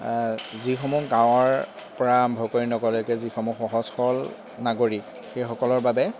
যিসমূহ গাঁৱৰ পৰা আৰম্ভ কৰি নগৰলৈকে যিসমূহ সহজ সৰল নাগৰিক সেইসকলৰ বাবে